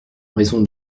raison